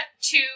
two